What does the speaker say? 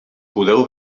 podeu